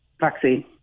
vaccine